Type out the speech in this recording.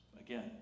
Again